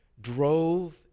drove